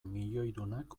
milioidunak